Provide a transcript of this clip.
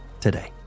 today